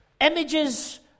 Images